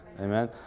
amen